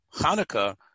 Hanukkah